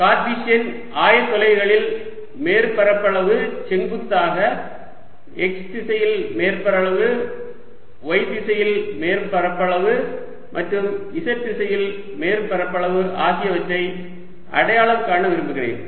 எனவே கார்ட்டீசியன் ஆயத்தொலைகளில் மேற்பரப்பளவு செங்குத்தாக x திசையில் மேற்பரப்பளவு y திசையில் மேற்பரப்பளவு மற்றும் z திசையில் மேற்பரப்பளவு ஆகியவற்றை அடையாளம் காண விரும்புகிறேன்